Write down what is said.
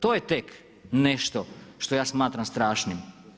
To je tek nešto što ja smatram strašnim.